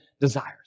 desires